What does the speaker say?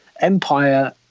Empire